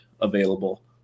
available